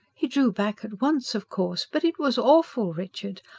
he drew back at once, of course. but it was awful, richard!